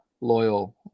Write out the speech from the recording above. loyal